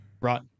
Right